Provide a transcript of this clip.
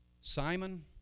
Simon